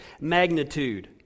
magnitude